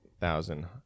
thousand